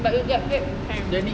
but you get paid can already